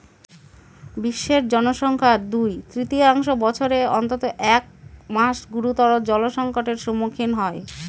বিশ্বের জনসংখ্যার দুই তৃতীয়াংশ বছরের অন্তত এক মাস গুরুতর জলসংকটের সম্মুখীন হয়